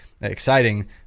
exciting